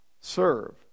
serve